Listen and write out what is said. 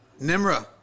Nimra